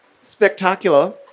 Spectacular